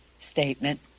statement